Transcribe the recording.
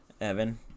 Evan